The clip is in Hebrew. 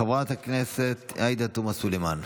חברת הכנסת עאידה תומא סלימאן.